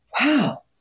wow